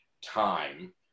time